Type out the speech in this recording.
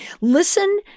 Listen